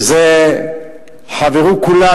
שלזה חברו כולם,